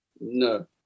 No